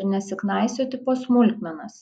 ir nesiknaisioti po smulkmenas